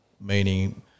meaning